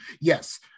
Yes